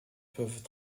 peuvent